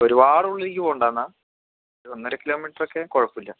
ഒരുപാടുള്ളിലേക്ക് പോകണ്ട എന്നാൽ ഒരു ഒന്നരകിലോമീറ്ററൊക്കെ കുഴപ്പമില്ല